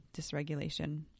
dysregulation